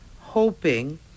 hoping